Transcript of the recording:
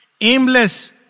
Aimless